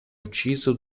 ucciso